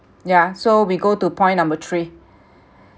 yeah so we go to point number three